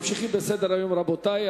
ממשיכים בסדר-היום, רבותי.